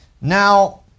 Now